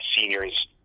seniors